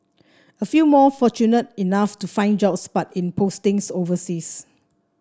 a few more fortunate enough to find jobs but in postings overseas